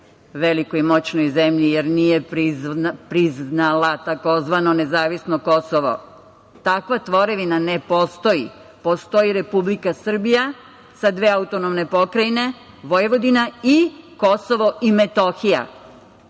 velikoj moćnoj zemlji jer priznala tzv. nezavisno Kosovo. Takva tvorevina ne postoji. Postoji Republika Srbija sa dve autonomne pokrajine, Vojvodina i Kosovo i Metohija.